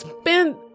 spent